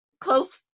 close